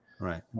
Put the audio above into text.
Right